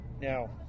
Now